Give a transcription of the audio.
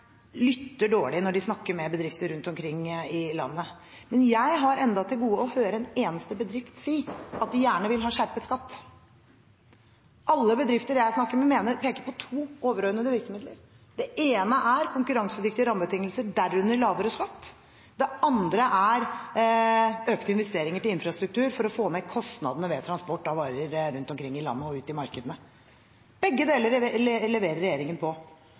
lytter dårlig når de snakker med bedrifter rundt omkring i landet, men jeg har ennå til gode å høre en eneste bedrift si at de gjerne vil ha skjerpet skatt. Alle bedrifter jeg snakker med, peker på to overordnede virkemidler. Det ene er konkurransedyktige rammebetingelser, derunder lavere skatt. Det andre er økte investeringer til infrastruktur for å få ned kostnadene ved transport av varer rundt omkring i landet og ut i markedene. Begge deler leverer regjeringen på.